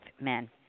men